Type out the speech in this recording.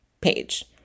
page